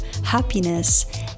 happiness